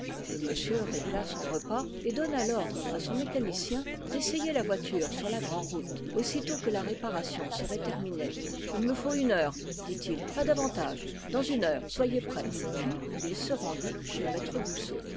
le monsieur régla son repas et donna l'ordre à son mécanicien d'essayer la voiture sur la grand'route aussitôt que la réparation serait terminée il me faut une heure dit-il pas davantage dans une heure soyez prêt puis il se rendit chez maître goussot